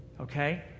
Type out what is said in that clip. Okay